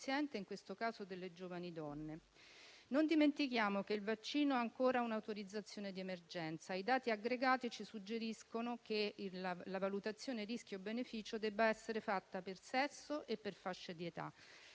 Non dimentichiamo che il vaccino ha ancora un'autorizzazione di emergenza. I dati aggregati ci suggeriscono che la valutazione rischio-beneficio debba essere fatta per sesso e per fascia di età.